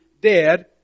dead